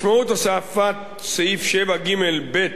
משמעות הוספת סעיף 7ג(ב)